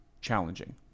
challenging